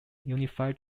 unified